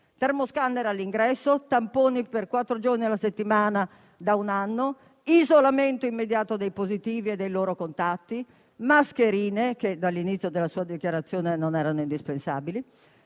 termoscanner all'ingresso, tamponi per quattro giorni alla settimana da un anno, isolamento immediato dei positivi e dei loro contatti, mascherine (all'inizio delle sue dichiarazioni ritenute non indispensabili)